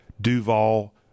Duval